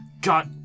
got